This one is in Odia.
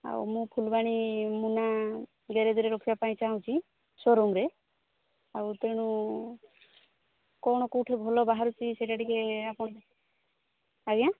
ଆଉ ମୁଁ ଫୁଲବାଣୀ ମୁନା ଗ୍ୟାରେଜରେ ରଖିବା ପାଇଁ ଚାହୁଁଛି ଶୋରୁମ୍ରେ ଆଉ ତେଣୁ କ'ଣ କେଉଁଠି ଭଲ ବାହାରୁଛି ସେଇଟା ଟିକେ ଆପଣ ଆଜ୍ଞା